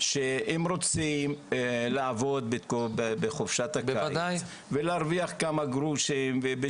שרוצים לעבוד בחופשת הקיץ ולהרוויח כמה גרושים.